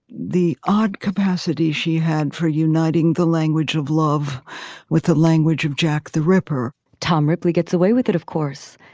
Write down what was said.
the odd capacity's she had for uniting the language of love with the language of jack the ripper tom ripley gets away with it. of course,